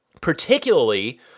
particularly